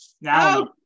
Now